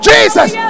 Jesus